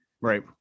Right